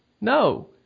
no